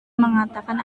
mengatakan